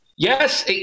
Yes